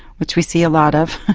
which we see a lot of.